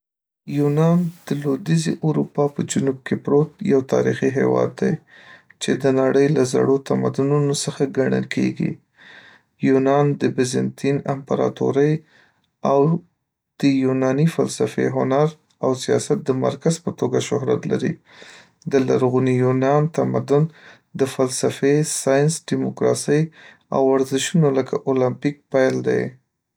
یونان د لویديځې اروپا په جنوب کې پروت یو تاریخي هېواد دی چې د نړۍ له زړو تمدنونو څخه ګڼل کېږي. یونان د بیزنطین امپراتورۍ او د یوناني فلسفې، هنر، او سیاست د مرکز په توګه شهرت لري. د لرغوني یونان تمدن د فلسفې، ساينس، ډیموکراسۍ، او ورزشونو لکه المپیک پیل دی.